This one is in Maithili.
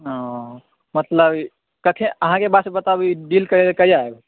ओऽ मतलब अहाँ के बताबू डील करै लए कहिया आबू